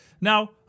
Now